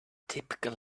typical